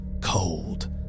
Cold